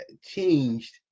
changed